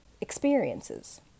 Experiences